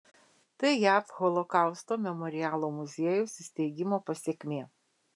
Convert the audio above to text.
tai jav holokausto memorialo muziejaus įsteigimo pasekmė